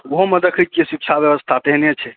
ओहोमे देखै छियै शिक्षा व्यवस्था तेहने छै